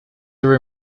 are